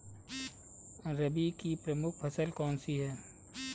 रबी की प्रमुख फसल कौन सी है?